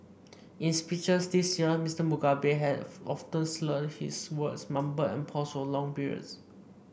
in speeches this year Mister Mugabe have often slurred his words mumbled and paused for long periods